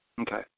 Okay